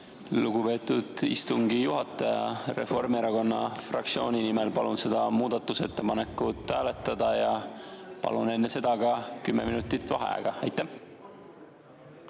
Lugupeetud istungi juhataja! Reformierakonna fraktsiooni nimel palun seda muudatusettepanekut hääletada ja palun enne seda ka kümme minutit vaheaega. Jaa,